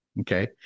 Okay